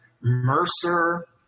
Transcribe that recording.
Mercer